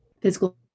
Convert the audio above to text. physical